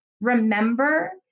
remember